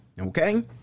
Okay